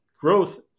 growth